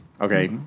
Okay